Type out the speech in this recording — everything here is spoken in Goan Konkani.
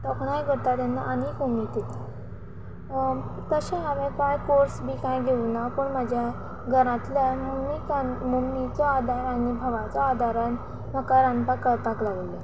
तोखणाय करता तेन्ना आनीक उमेद दिता तशें हांवे कोर्स बी कांय घेवं ना पूण म्हज्या घरांतल्या मम्मी मुमीचो आदार आनी भावाचो आदारान म्हाका रांदपाक कळपाक लागले